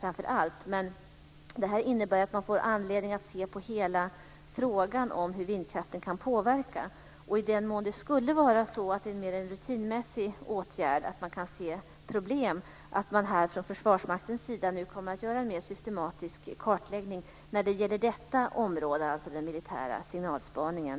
Utredningen ska alltså se på hela frågan om vindkraftens påverkan. Försvarsmakten ska också göra en mer systematisk kartläggning av den militära signalspaningen.